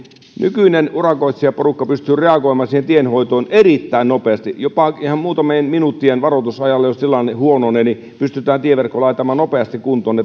nykyinen urakoitsijaporukka pystyy reagoimaan siihen tienhoitoon erittäin nopeasti jopa ihan muutamien minuuttien varoitusajalla jos tilanne huononee pystytään tieverkko laittamaan nopeasti kuntoon